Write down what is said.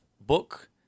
book